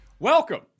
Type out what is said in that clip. Welcome